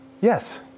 Yes